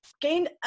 gained